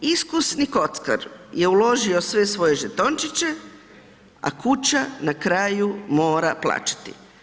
Iskusni kockar je uložio sve svoje žetončiće a kuća na kraju mora plaćati.